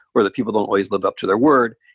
or that people don't always live up to their word,